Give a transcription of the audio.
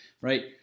right